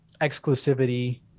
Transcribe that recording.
exclusivity